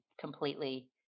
completely